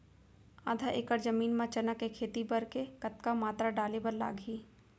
आधा एकड़ जमीन मा चना के खेती बर के कतका मात्रा डाले बर लागही?